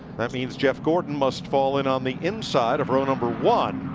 that means jeff gordon must fall in on the inside of row number one.